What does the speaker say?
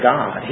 God